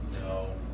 No